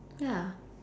ya